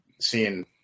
seeing